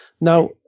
Now